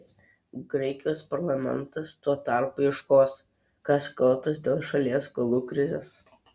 graikijos parlamentas tuo tarpu ieškos kas kaltas dėl šalies skolų krizės